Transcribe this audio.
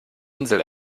insel